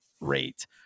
rate